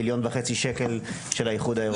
מיליון וחצי שקל של האיחוד האירופי.